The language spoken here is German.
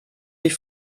die